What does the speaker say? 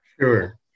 Sure